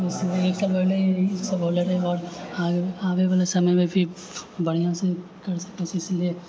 उसमे ही एक के बर्थडे ई सभ होलै रहै बहुत आबैबाला समयमे भी बढ़िआँसँ करि सकैत छै इसिलिए